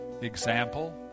example